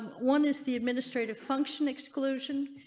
one is the administrative function exclusion.